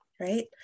Right